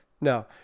No